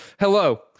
Hello